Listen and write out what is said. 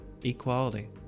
Equality